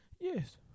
Yes